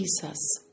Jesus